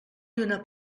lluna